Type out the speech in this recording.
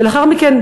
ולאחר מכן,